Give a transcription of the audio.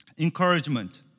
encouragement